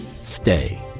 Stay